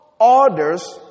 orders